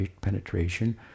penetration